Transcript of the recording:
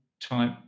type